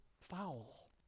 foul